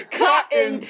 cotton